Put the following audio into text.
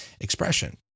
expression